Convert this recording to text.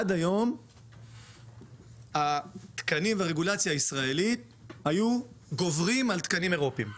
עד היום התקנים והרגולציה הישראלית היו גוברים על תקנים אירופיים,